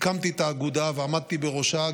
הקמתי את האגודה ועמדתי בראשה,